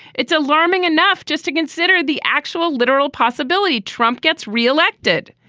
it's alarming enough just to consider the actual literal possibility trump gets reelected.